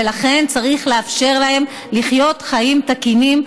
ולכן צריך לאפשר להם לחיות חיים תקינים,